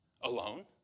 Alone